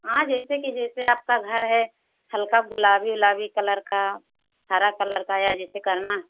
हाँ जैसे कि जैसे आपका घर है हल्का गुलाबी उलाबी कलर का हरा कलर का जैसे करना है